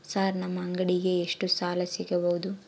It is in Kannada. ಸರ್ ನಮ್ಮ ಅಂಗಡಿಗೆ ಎಷ್ಟು ಸಾಲ ಸಿಗಬಹುದು?